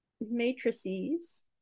matrices